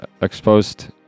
exposed